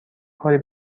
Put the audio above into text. کاری